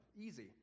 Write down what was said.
Easy